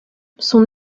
son